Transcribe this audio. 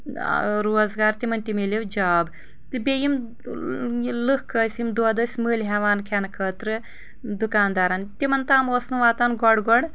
روزگار تمن تہِ مِلیو جاب تہٕ بییٚہِ یم لُکھ ٲسۍ یم دۄد ٲسۍ مٔلۍ ہیٚوان کھیٚنہٕ خٲطرٕ دُکاندارن تمن تام اوس نہٕ واتان گۄڈٕ گۄڈٕ